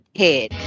head